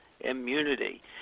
immunity